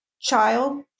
child